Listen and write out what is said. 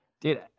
Dude